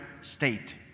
state